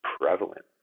prevalent